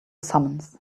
summons